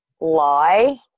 lie